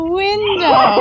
window